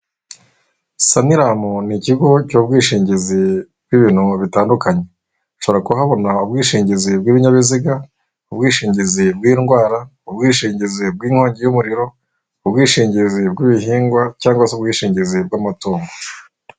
Sanlam ni ikigo cy'ubwishingizi bw'ibintu bitandukanye, ushobora kuhabona ubwishingizi bw'ibinyabiziga, ubwishingizi bw'indwara, ubwishingizi bw'inkongi y'umuriro, ubwishingizi bw'ibihingwa cyangwa se ubwishingizi bw'amatungo.